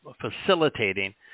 facilitating